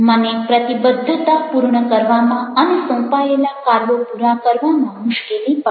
મને પ્રતિબદ્ધતા પૂર્ણ કરવામાં અને સોંપાયેલા કાર્યો પૂરા કરવામાં મુશ્કેલી પડે છે